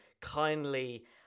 kindly